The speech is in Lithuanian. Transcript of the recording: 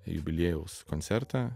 jubiliejaus koncertą